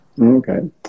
Okay